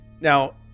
Now